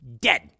dead